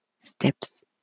steps